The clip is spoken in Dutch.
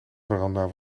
veranda